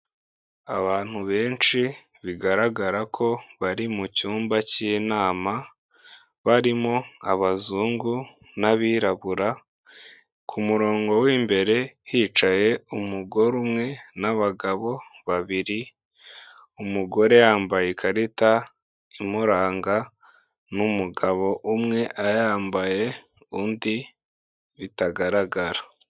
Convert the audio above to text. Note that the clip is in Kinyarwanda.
Abantu benshi bigaragara ko bari mu cyumba cy'inama, barimo abazungu n'abirabura, ku murongo w'imbere hicaye umugore umwe n'abagabo babiri, umugore yambaye ikarita imuranga n'umugabo umwe ayambaye undi bitagaragara.